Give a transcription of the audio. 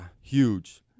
Huge